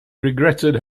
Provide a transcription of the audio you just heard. regretted